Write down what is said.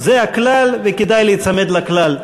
זה הכלל, וכדאי להיצמד לכלל.